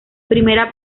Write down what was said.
primera